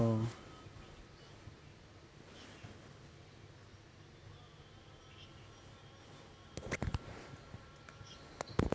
~[oh]